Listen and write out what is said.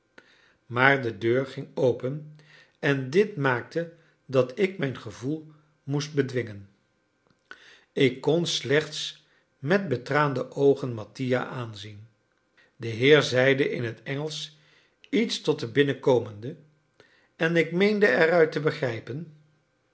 maar de deur ging open en dit maakte dat ik mijn gevoel moest bedwingen ik kon slechts met betraande oogen mattia aanzien de heer zeide in het engelsch iets tot den binnenkomende en ik meende eruit te begrijpen